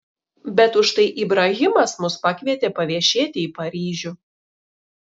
bet užtai ibrahimas mus pakvietė paviešėti į paryžių